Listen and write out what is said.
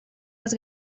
las